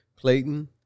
Clayton